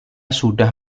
sudah